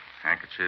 Handkerchief